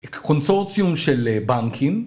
קונסורציון של בנקים